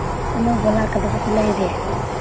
ꯑꯅꯧꯕ ꯂꯥꯛꯀꯗꯕꯁꯨ ꯂꯩꯔꯤ